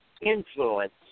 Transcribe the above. influence